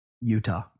Utah